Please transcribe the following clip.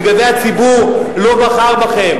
בגלל זה הציבור לא בחר בכם.